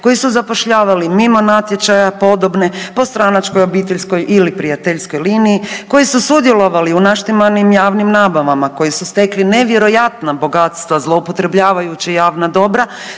koji su zapošljavali mimo natječaja podobne, po stranačkoj obitelji ili prijateljskoj liniji, koji su sudjelovali u naštimanim javnim nabavama koji su stekli nevjerojatna bogatstva zloupotrebljavajući javna dobra